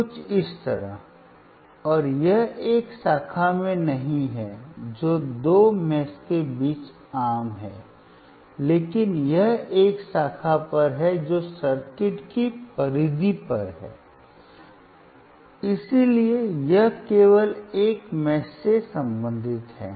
कुछ इस तरह और यह एक शाखा में नहीं है जो दो मेष के बीच आम है लेकिन यह एक शाखा पर है जो सर्किट की परिधि पर है इसलिए यह केवल एक मेष से संबंधित है